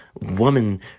woman